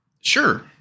sure